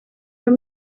your